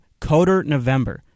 CODERNOVEMBER